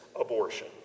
abortion